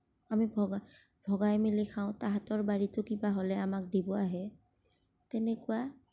আমি ভগা ভগাই মেলি খাওঁ তাঁহাতৰ বাৰীতো কিবা হ'লে আমাক দিব আহে তেনেকুৱা